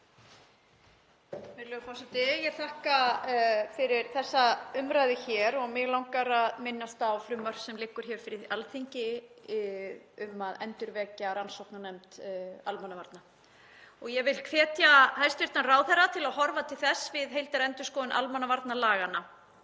Virðulegur forseti. Ég þakka fyrir þessa umræðu hér. Mig langar að minnast á frumvarp sem liggur fyrir Alþingi um að endurvekja rannsóknarnefnd almannavarna og vil hvetja hæstv. ráðherra til að horfa til þess við heildarendurskoðun almannavarnalaganna.